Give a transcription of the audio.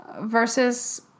versus